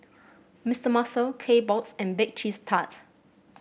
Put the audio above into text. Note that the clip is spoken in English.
Mister Muscle Kbox and Bake Cheese Tart